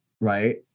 Right